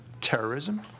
terrorism